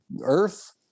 earth